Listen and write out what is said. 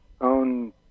own